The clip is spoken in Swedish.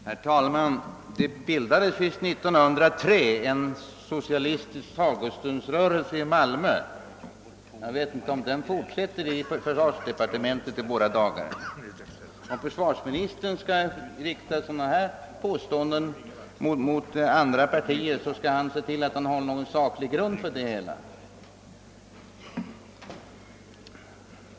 Herr talman! Det bildades år 1903 i Malmö en socialistisk sagostundsrörelse. Jag vet inte om den fortsätter i försvarsdepartementet i våra dagar. Men om försvarsministern skall göra sådana här påståenden när det gäller andra partier skall han se till att han har någon saklig grund för det hela.